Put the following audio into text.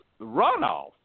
runoff